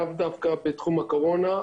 לאו דווקא בתחום הקורונה.